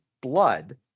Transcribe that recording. blood